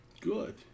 Good